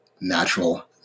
natural